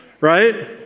right